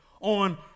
on